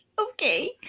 Okay